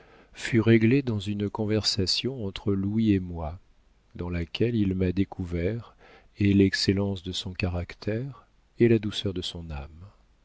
fut réglé dans une conversation entre louis et moi dans laquelle il m'a découvert et l'excellence de son caractère et la douceur de son âme